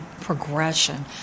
progression